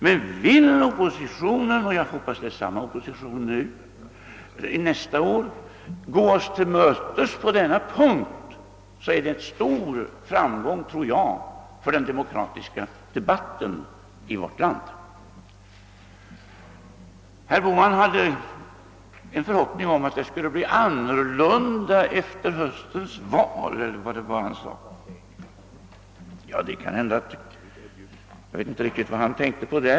Men vill oppositionen — och jag hoppas att det är samma opposition nästa år — gå oss till mötes på denna punkt tror jag att det skulle medföra en stor framgång för den demokratiska debatten i vårt land. Herr Bohman hade en förhoppning om att det skulle bli annorlunda efter höstens val. Jag vet inte riktigt vad han tänkte på.